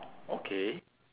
okay